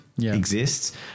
exists